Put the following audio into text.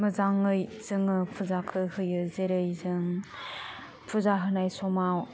मोजाङै जोङो फुजाखौ होयो जेरै जों फुजा होनाय समाव